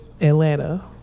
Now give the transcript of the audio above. Atlanta